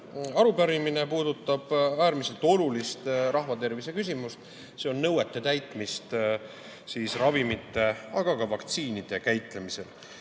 Arupärimine puudutab äärmiselt olulist rahvatervise küsimust: see on nõuete täitmist ravimite, aga ka vaktsiinide käitlemisel.